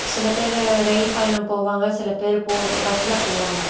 சில பேர் ரயில் பயணம் போவாங்கள் சில பேர் போக பஸ்ஸில் போவாங்கள்